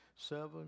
Seven